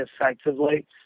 effectively